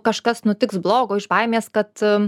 kažkas nutiks blogo iš baimės kad